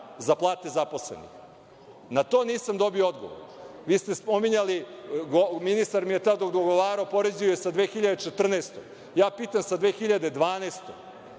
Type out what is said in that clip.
za plate zaposlenih? Na to nisam dobio odgovor. Vi ste spominjali, tj. ministar mi je tada odgovarao poređenjem sa 2014. godinom. Ja pitam sa 2012.